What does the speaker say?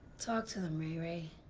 talk to them, ray ray.